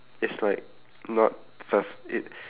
it's like not a it